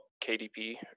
KDP